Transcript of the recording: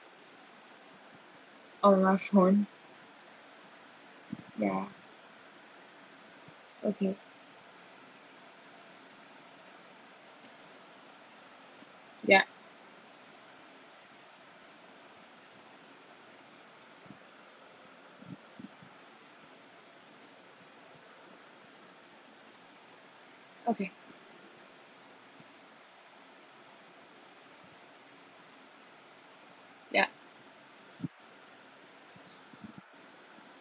um last point ya okay ya okay ya